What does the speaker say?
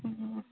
ਹਮ